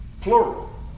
plural